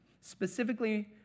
specifically